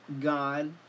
God